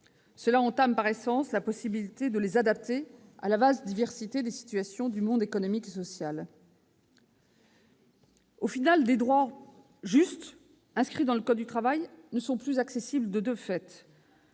Cela entame par essence la possibilité de les adapter à la vaste diversité des situations du monde économique et social. De fait, des droits justes inscrits dans le code du travail ne sont plus accessibles ; à cause